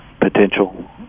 potential